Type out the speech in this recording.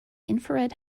infrared